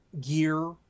gear